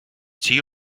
цій